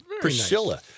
Priscilla